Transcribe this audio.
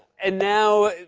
and now,